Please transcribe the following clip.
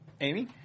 Amy